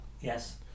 Yes